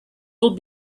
will